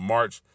March